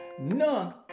None